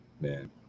Man